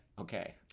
Okay